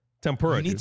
Tempura